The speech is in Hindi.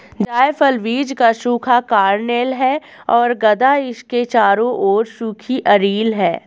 जायफल बीज का सूखा कर्नेल है और गदा इसके चारों ओर सूखी अरिल है